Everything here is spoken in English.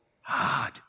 hard